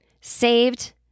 saved